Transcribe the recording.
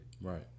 Right